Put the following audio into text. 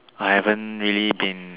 I haven't really been